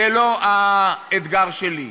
זה לא האתגר שלי.